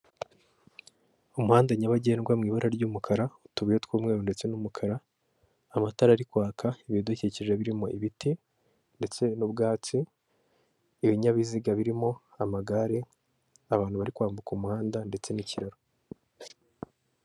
Umuhanda nyabagendwa mu ibara ry'umukara, utubuye tw'umweru ndetse n'umukara, amatara ari kwaka, ibidukikije birimo ibiti ndetse n'ubwatsi, ibinyabiziga birimo amagare, abantu bari kwambuka umuhanda ndetse n'ikiro.